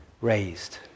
raised